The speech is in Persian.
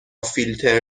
فیلتر